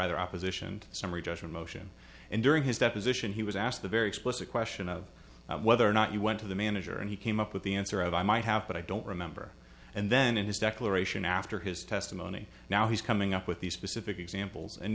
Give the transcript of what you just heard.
other opposition to summary judgment motion and during his deposition he was asked the very explicit question of whether or not you went to the manager and he came up with the answer i might have but i don't remember and then in his declaration after his testimony now he's coming up with these specific examples and